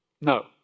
No